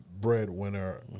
breadwinner